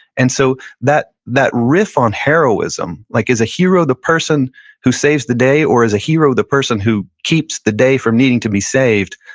and so that that riff on heroism like is a hero the person who saves the day or is a hero the person who keeps the day from needing to be saved?